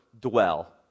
dwell